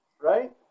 right